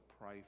pray